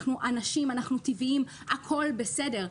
אנחנו אנשים, אנחנו טבעיים, הכול בסדר.